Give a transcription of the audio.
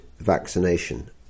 vaccination